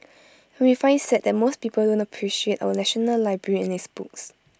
and we find IT sad that most people don't appreciate our National Library and its books